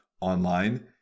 online